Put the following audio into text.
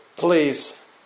Please